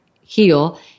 HEAL